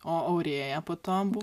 o aurėja po to bu